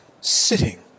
Sitting